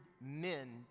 men